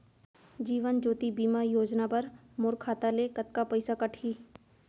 जीवन ज्योति बीमा योजना बर मोर खाता ले कतका पइसा कटही?